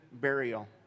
burial